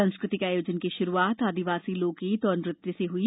सांस्कृतिक आयोजन की श्रुआत आदिवासी लोकगीत और नृत्य से हई